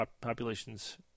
populations